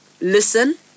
listen